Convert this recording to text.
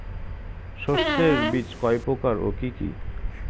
শস্যের বীজ কয় প্রকার ও কি কি?